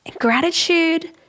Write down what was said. Gratitude